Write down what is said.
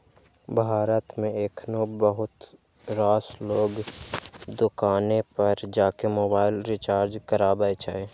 भारत मे एखनो बहुत रास लोग दोकाने पर जाके मोबाइल रिचार्ज कराबै छै